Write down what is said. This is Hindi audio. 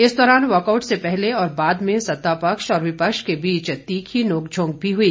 इस दौरान वॉकआउट से पहले और बाद में सत्तापक्ष और विपक्ष के बीच तीखी नोक झोंक भी हुई